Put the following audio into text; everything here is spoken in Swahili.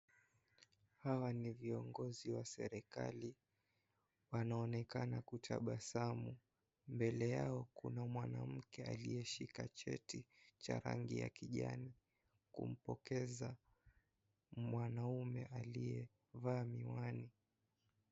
Hawa ni viongozi wa serikali wanaonekana kutabasamu, mbele yao kuna mwanamke aliyeshika cheti cha rangi ya kijani kumpokeza mwanaume aliyevaa miwani.